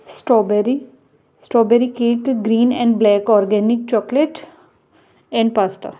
strawberry strawberry cake green and black organic chocolate and pasta